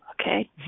okay